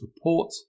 report